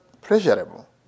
pleasurable